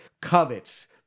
covets